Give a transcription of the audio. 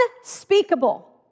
Unspeakable